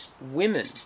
women